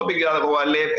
לא בגלל רוע לב,